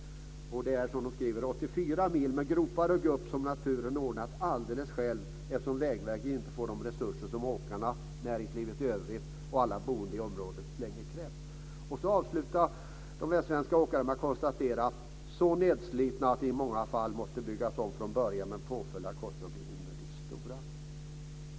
Man säger att det är 84 mil med gropar och gupp som naturen ordnat alldeles själv, eftersom Vägverket inte får de resurser som åkarna, näringslivet i övrigt och alla boende i området längre krävt. Man avslutar med att konstatera att vägarna i många fall är så nedslitna att de i många fall måste byggas om från början med påföljd att kostnaderna blir onödigt stora.